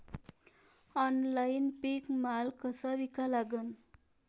Online पीक माल कसा विका लागन?